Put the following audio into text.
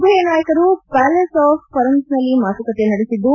ಉಭಯನಾಯಕರು palace of ಫರಮ್ನನಲ್ಲಿ ಮಾತುಕತೆ ನಡೆಸಿದ್ದು